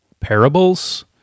parables